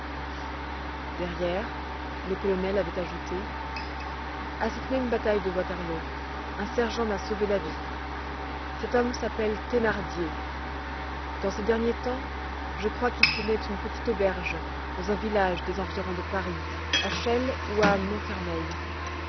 derrière le colonel avait ajouté à cette même bataille de waterloo un sergent m'a sauvé la vie cet homme s'appelle thénardier dans ces derniers temps je crois qu'il tenait une petite auberge dans un village des environs de paris à chelles ou à montfermeil